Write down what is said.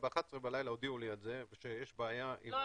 ב-11 בלילה הודיעו לי על זה שיש בעיה --- לא,